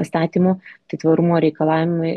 įstatymu tai tvarumo reikalavimai